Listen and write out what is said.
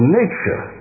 nature